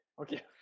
Okay